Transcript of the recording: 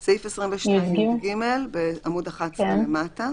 זה סעיף 22 (יג) בעמוד 11 למטה.